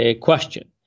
question